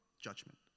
judgment